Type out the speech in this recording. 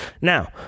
Now